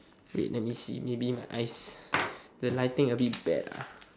wait let me see maybe my eyes the lighting a bit bad lah